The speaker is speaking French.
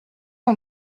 ont